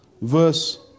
verse